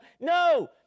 No